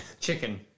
Chicken